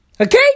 Okay